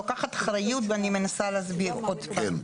לוקחת אחריות ואני מנסה להסביר עוד פעם.